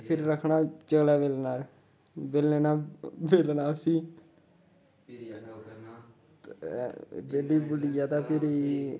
फिर रक्खना चकले बेलने पर बेलना बेलना उस्सी ते बेलियै बूलियै ते भिरी